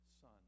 son